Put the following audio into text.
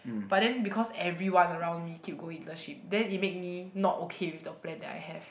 but then because everyone around me keep go internship then it make me not okay with the plan that I have